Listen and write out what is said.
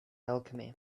alchemy